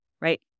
right